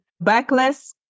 backless